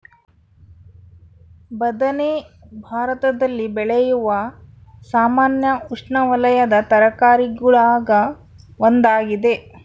ಬದನೆ ಭಾರತದಲ್ಲಿ ಬೆಳೆಯುವ ಸಾಮಾನ್ಯ ಉಷ್ಣವಲಯದ ತರಕಾರಿಗುಳಾಗ ಒಂದಾಗಿದೆ